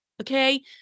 okay